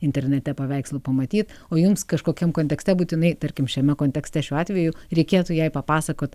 internete paveikslų pamatyt o jums kažkokiam kontekste būtinai tarkim šiame kontekste šiuo atveju reikėtų jai papasakot